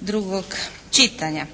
drugog čitanja.